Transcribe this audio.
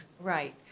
Right